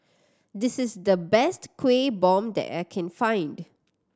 this is the best Kueh Bom that I can find